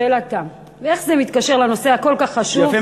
שאלת תם: איך זה מתקשר לנושא הכל-כך חשוב,